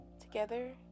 together